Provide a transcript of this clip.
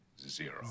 zero